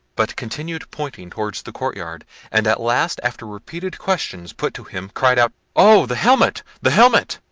but continued pointing towards the courtyard and at last, after repeated questions put to him, cried out, oh! the helmet! the helmet!